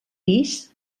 pis